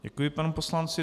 Děkuji panu poslanci.